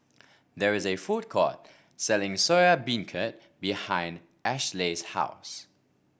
there is a food court selling Soya Beancurd behind Ashleigh's house